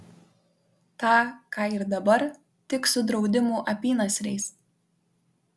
tą ką ir dabar tik su draudimų apynasriais